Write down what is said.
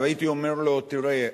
הייתי אומר לו: תראה,